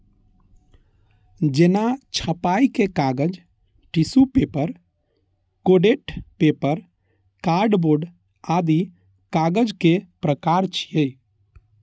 जेना छपाइ के कागज, tissue paper, coated paper, card board आदि कागजक प्रकार छियै